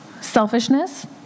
Selfishness